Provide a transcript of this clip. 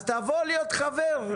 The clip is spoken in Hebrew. אז תבוא להיות חבר.